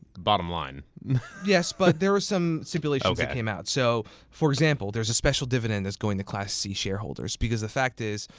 bottom line. shen yes, but there were some stipulations that came out. so for example, there's a special dividend that's going to class c shareholders, because the fact is,